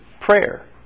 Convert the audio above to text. prayer